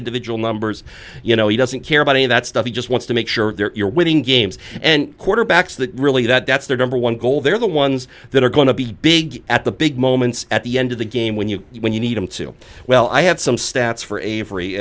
individual numbers you know he doesn't care about any of that stuff he just wants to make sure you're winning games and quarterbacks that really that that's their number one goal they're the ones that are going to be big at the big moments at the end of the game when you when you need him to well i had some stats for avery